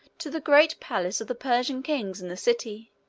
to the great palace of the persian kings in the city.